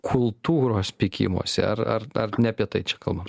kultūros pykimosi ar ar ar ne apie tai čia kalbam